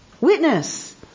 Witness